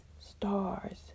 stars